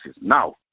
Now